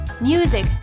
music